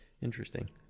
interesting